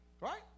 Right